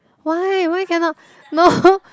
why why cannot no